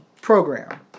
program